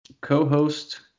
co-host